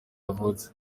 yavutse